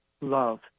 love